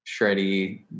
shreddy